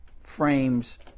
frames